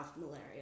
malaria